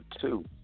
two